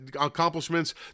accomplishments